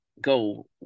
go